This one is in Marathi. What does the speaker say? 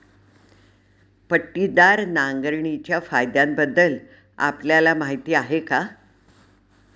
पट्टीदार नांगरणीच्या फायद्यांबद्दल आपल्याला माहिती आहे का?